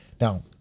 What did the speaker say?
Now